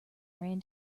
ran